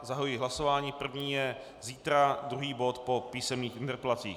Zahajuji hlasování první je zítra druhý bod po písemných interpelacích.